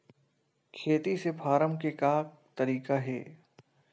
खेती से फारम के का तरीका हे?